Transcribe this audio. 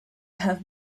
have